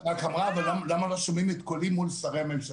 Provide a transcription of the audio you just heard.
רק נאמר למה לא שומעים את קולי מול שרי הממשלה.